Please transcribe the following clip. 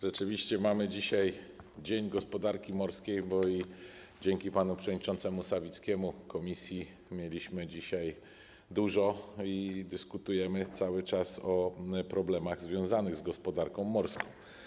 Rzeczywiście mamy dzisiaj dzień gospodarki morskiej, bo i dzięki panu przewodniczącemu Sawickiemu posiedzeń komisji mieliśmy dzisiaj dużo, i dyskutujemy cały czas o problemach związanych z gospodarką morską.